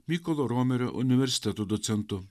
mykolo romerio universiteto docentu